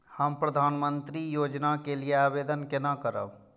हम प्रधानमंत्री योजना के लिये आवेदन केना करब?